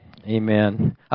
amen